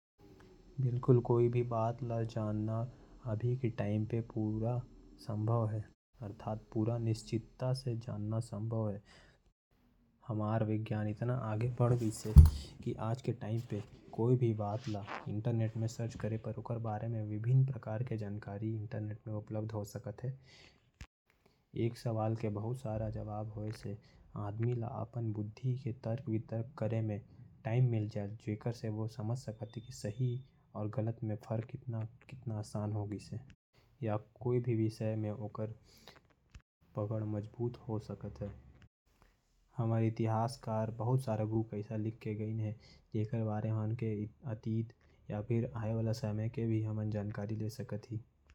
बिलकुल कोई भी बात ला निश्चित संभव है। आज के टाइम में विज्ञान और इंटरनेट के माध्यम से कोई भी बात ला जान सकत ही। आज के टाइम में इंटरनेट में कोई भी सवाल ला खोजे से बहुत सारा जानकारी मिल जायल। और बुद्धि के तर्क वितर्क करे में आसानी होयल और सच्चाई तक पहुंच सकत है। हमर इतिहासकार द्वारा लिख के गए चीज मन के भी हम जानकारी ले सकत ही।